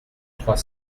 trois